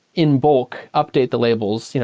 in bulk, update the labels? you know